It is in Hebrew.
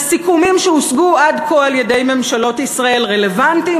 הסיכומים שהושגו עד כה על-ידי ממשלות ישראל רלוונטיים,